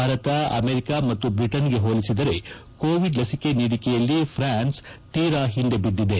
Bharat America ಮತ್ತು ಬ್ರಿಟನ್ಗೆ ಹೋಲಿಸಿದರೆ ಕೋವಿಡ್ ಲಸಿಕೆ ನೀಡಿಕೆಯಲ್ಲಿ ಫ್ರಾನ್ಸ್ ಕೀರ ಹಿಂದೆ ಬಿದ್ದಿದೆ